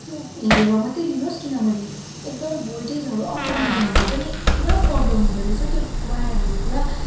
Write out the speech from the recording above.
त्यो हेरेर मात्रै लिनुहोस् किनभने एकदम भोल्टेजहरू अप एन्ड डाउन हुँदा पनि पुरा प्रोब्लम हुँदो रहेछ त्यो वायरहरू पुरा